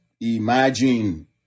imagine